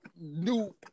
new